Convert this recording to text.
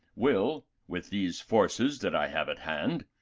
will, with these forces that i have at hand,